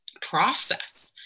process